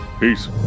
Peace